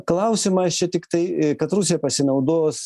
klausimas šia tiktai kad rusija pasinaudos